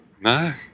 No